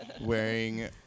Wearing